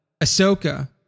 Ahsoka